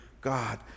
God